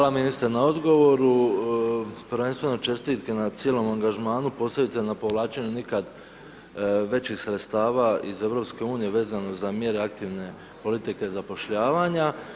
Hvala ministre na odgovoru, prvenstveno čestitke na cijelom angažmanu, posebice na povlačenju nikad većih sredstava iz EU vezano za mjere aktivne politike zapošljavanje.